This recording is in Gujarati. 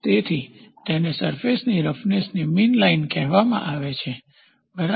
તેથી તેને સરફેસની રફનેસની મીન લાઇન કહેવામાં આવે છે બરાબર